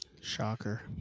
shocker